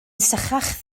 sychach